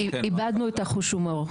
איבדנו את חוש ההומור.